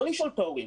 לא לשאול את ההורים.